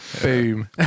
Boom